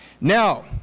Now